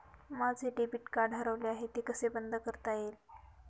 माझे debit card हरवले आहे ते कसे बंद करता येईल?